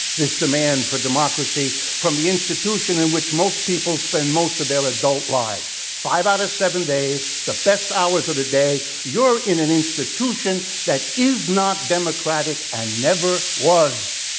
this demand for democracy, from the institution in which most people spend most of their adult lives five out of seven days, the best hours of the day. you're in an institution that is not democratic and never was.